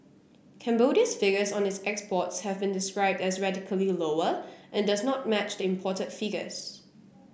Cambodia's figures on its exports have been described as radically lower and does not match the imported figures